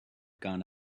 gone